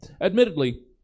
Admittedly